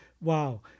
Wow